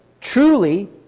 truly